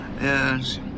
Yes